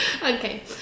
Okay